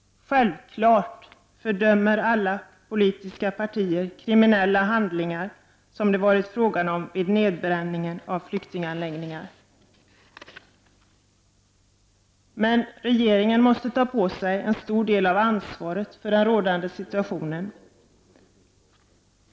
Självfallet fördömer alla politiska partier de kriminella handlingar som ju nedbränningen av flyktingförläggningar är. Men regeringen måste ta på sig en stor del av ansvaret för den rådande situationen.